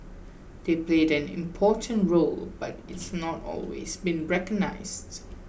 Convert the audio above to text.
they played an important role but it's not always been recognised